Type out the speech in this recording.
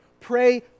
Pray